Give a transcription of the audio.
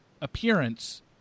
appearance